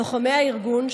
לוחמי הארגון,